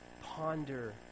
ponder